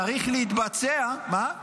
צריך להתבצע, מה?